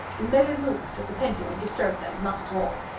the measured movement of the pendulum disturbed them not at all.